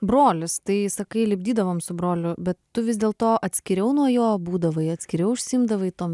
brolis tai sakai lipdydavom su broliu bet tu vis dėl to atskiriau nuo jo būdavai atskiriau užsiimdavai tom